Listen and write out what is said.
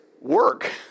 work